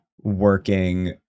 working